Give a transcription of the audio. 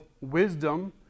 wisdom